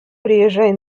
приезжай